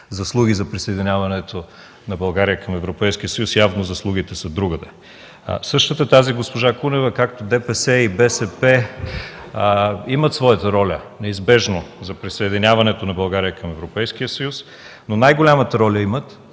заслуги за присъединяването на България към Европейския съюз – явно заслугите са другаде. Същата тази госпожа Кунева, както ДПС и БСП имат своята роля неизбежно за присъединяването на България към Европейския съюз, но най-голямата роля имат